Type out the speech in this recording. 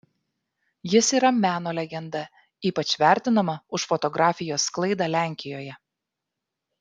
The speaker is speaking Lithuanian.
jis yra meno legenda ypač vertinama už fotografijos sklaidą lenkijoje